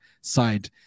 side